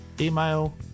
email